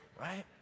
Right